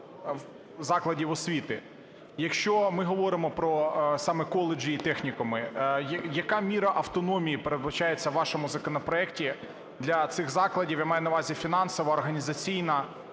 закладів освіти. Якщо ми говоримо про саме коледжі і технікуми, яка міра автономії передбачається в вашому законопроекті для цих закладів, я маю на увазі фінансова, організаційна,